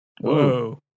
Whoa